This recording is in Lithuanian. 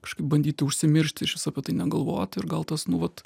kažkaip bandyti užsimiršti ir išvis apie tai negalvot ir gal tas nu vat